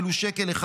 ולו שקל אחד,